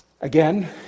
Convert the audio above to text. Again